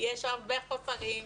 יש הרבה חוסרים.